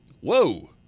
whoa